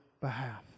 behalf